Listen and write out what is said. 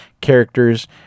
characters